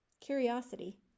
Curiosity